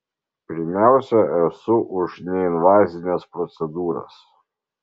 pirmiausia esu už neinvazines procedūras